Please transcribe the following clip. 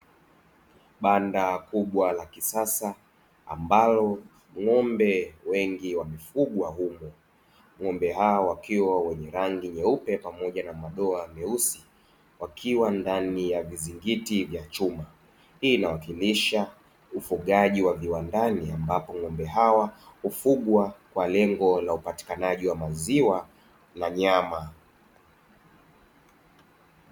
Banda kubwa la kisasa ambalo ng'ombe wengi wamefugwa humo, ng'ombe hao wakiwa wenye rangi nyeupe pamoja na madoa meusi wakiwa ndani ya vizingiti vya chuma, hii inawakilisha ufugaji wa viwandani ambapo ng'ombe hawa hufugwa kwa lengo la upatikanaji wa maziwa na nyama.